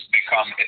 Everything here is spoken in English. become